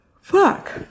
Fuck